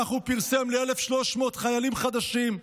כך הוא פרסם, ל-1,300 חיילים חדשים.